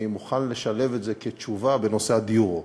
אני מוכן לשלב את זה בתשובה בנושא הדיור.